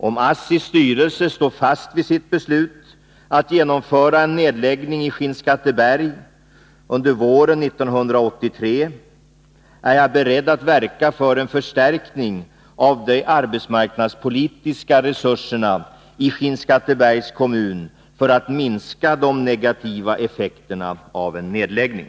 Om ASSTI:s styrelse står fast vid sitt beslut att genomföra en nedläggning i Skinnskatteberg under våren 1983, är jag beredd att verka för en förstärkning av de arbetsmarknadspolitiska resurserna i Skinnskattebergs kommun för att minska de negativa effekterna av en nedläggning.